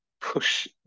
push